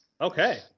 Okay